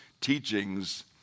teachings